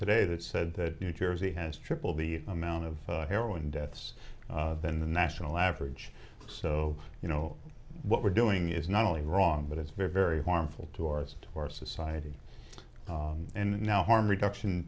today that said that new jersey has tripled the amount of heroin deaths than the national average so you know what we're doing is not only wrong but it's very very harmful to our just our society and now harm reduction